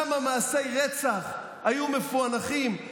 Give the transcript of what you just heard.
כמה מעשי רצח היו מפוענחים.